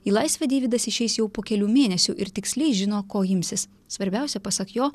į laisvę deividas išeis jau po kelių mėnesių ir tiksliai žino ko imsis svarbiausia pasak jo